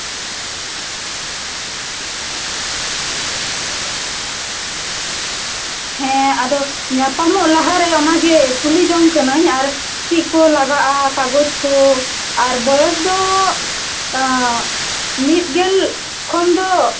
ᱦᱮᱸ ᱟᱫᱚ ᱧᱟᱯᱟᱢᱚᱜ ᱞᱟᱦᱟᱨᱮ ᱚᱱᱟᱜᱮ ᱠᱩᱞᱤ ᱡᱚᱝ ᱠᱟᱹᱱᱟᱹᱧ ᱟᱨ ᱪᱮᱫ ᱠᱚ ᱞᱟᱜᱟᱜᱼᱟ ᱠᱟᱜᱚᱡᱽ ᱠᱚ ᱟᱨ ᱵᱚᱭᱚᱥ ᱫᱚ ᱢᱤᱫᱜᱮᱞ ᱠᱷᱚᱱ ᱫᱚ